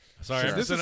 Sorry